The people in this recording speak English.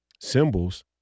symbols